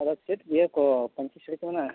ᱟᱫᱚ ᱪᱮᱫ ᱤᱭᱟᱹ ᱠᱚ ᱯᱟᱹᱧᱪᱤ ᱥᱟᱹᱲᱤ ᱠᱚ ᱢᱮᱱᱟᱜᱼᱟ